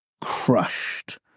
crushed